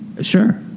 Sure